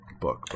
book